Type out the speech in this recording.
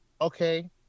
Okay